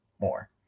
more